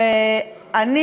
ואני,